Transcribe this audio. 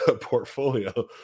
portfolio